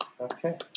Okay